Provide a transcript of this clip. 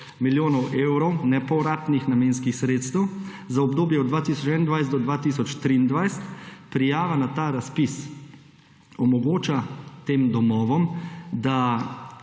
milijonov evrov nepovratnih namenskih sredstev za obdobje od 2021 do 2023. Prijava na ta razpis omogoča tem domovom, da